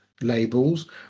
labels